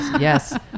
yes